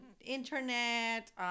internet